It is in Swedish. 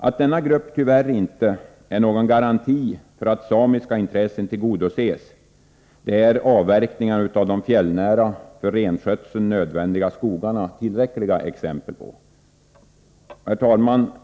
Att denna grupp tyvärr inte är någon garanti för att samiska intressen tillgodoses är avverkningarna av de fjällnära — för renskötseln nödvändiga — skogarna tillräckliga exempel på. Herr talman!